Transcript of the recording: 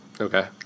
Okay